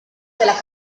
della